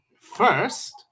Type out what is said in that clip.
first